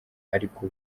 ariko